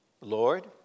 Lord